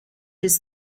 his